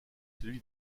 celui